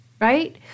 right